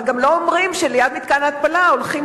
אבל גם לא אומרים שליד מתקן ההתפלה הולכים